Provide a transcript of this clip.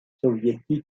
soviétique